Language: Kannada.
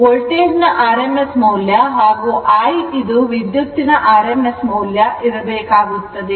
ಇಲ್ಲಿ V ಇದು ವೋಲ್ಟೇಜ್ ನ rms ಮೌಲ್ಯ ಹಾಗೂ I ಇದು ವಿದ್ಯುತ್ತಿನ rms ಮೌಲ್ಯ ಇರಬೇಕಾಗುತ್ತದೆ